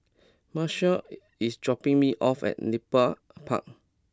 Marshall is dropping me off at Nepal Park